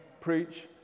preach